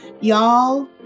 Y'all